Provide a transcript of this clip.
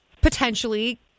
potentially